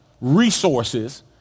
resources